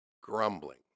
Grumbling